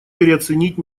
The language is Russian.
переоценить